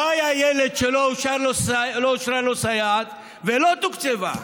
לא היה ילד שאושרה לו סייעת ולא תוקצבה.